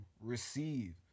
receive